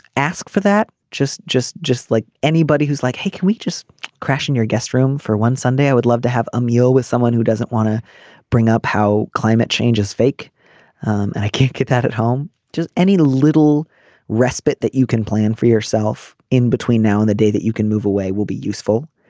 ask for that. just just just like anybody who's like hey can we just crash in your guest room for one sunday i would love to have a meal with someone who doesn't want to bring up how climate change is fake and i can't get that at home just any little respite that you can plan for yourself in between now and the day that you can move away will be useful.